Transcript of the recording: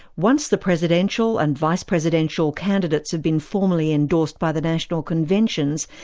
once the presidential and vice-presidential candidates have been formally endorsed by the national conventions,